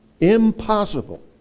Impossible